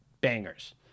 bangers